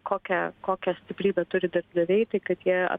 kokią kokią stiprybę turi darbdaviai tai kad jie